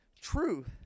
truth